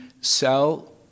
sell